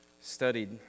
studied